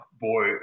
Boy